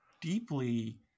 deeply